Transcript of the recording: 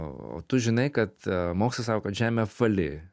o tu žinai kad mokslas sako kad žemė apvali